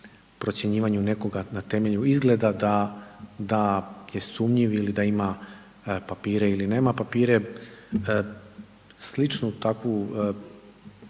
procjenjivanju nekoga na temelju izgleda da je sumnjiv da ima papire ili nema papire. Sličnu takvu